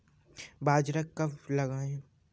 बाजरा कब लगाएँ?